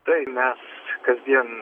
tai mes kasdien